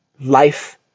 life